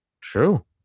true